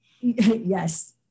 yes